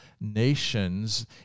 nations